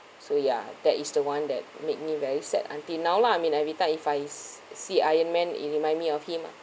so ya that is the one that make me very sad until now lah I mean every time if I s~ see iron man it remind me of him ah